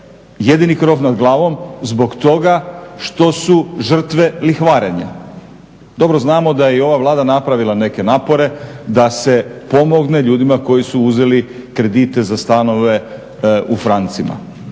jedini krov nad glavom zbog toga što su žrtve lihvarenja. Dobro znamo da je i ova Vlada napravila neke napore da se pomogne ljudima koji su uzeli kredite za stanove u francima.